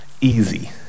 easy